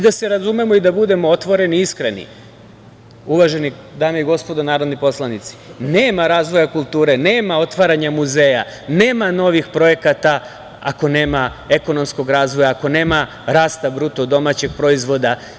Da se razumemo i da budemo otvoreni, iskreni, dame i gospodo narodni poslanici, nema razvoja kulture, nema otvaranja muzeja, nema novih projekata ako nema ekonomskog razvoja, ako nema rasta BDP.